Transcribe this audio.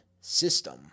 system